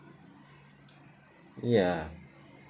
ya